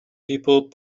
people